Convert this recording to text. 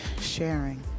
sharing